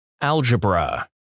Algebra